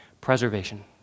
Preservation